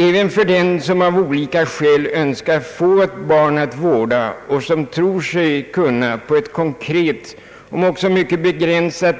Även för den som av olika skäl önskat få ett barn att vårda och som på denna väg tror sig på ett konkret om också mycket begränsat